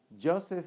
Joseph